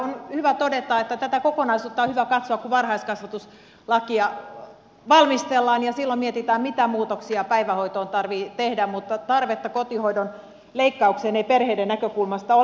on hyvä todeta että tätä kokonaisuutta on hyvä katsoa kun varhaiskasvatuslakia valmistellaan ja silloin mietitään mitä muutoksia päivähoitoon tarvitsee tehdä mutta tarvetta kotihoidon leikkaukseen ei perheiden näkökulmasta ole